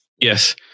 Yes